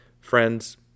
Friends